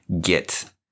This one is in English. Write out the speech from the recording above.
get